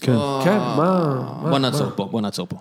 כן. כן? מה? בוא נעצור פה, בוא נעצור פה.